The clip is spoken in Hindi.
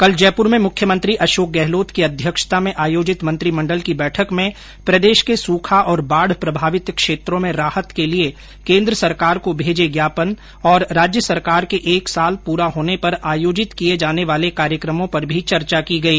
कल जयप्र में मुख्यमंत्री अशोक गहलोत की अध्यक्षता में आयोजित मंत्रिमंडल की बैठक में प्रदेश के सुखा और बाढ प्रभावित क्षेत्रो में राहत के लिए केन्द्र सरकार को भेजे ज्ञापन और राज्य सरकार के एक साल पूरा होने पर आयोजित किये जाने वाले कार्यक्रमों पर भी चर्चा की गई